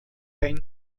ein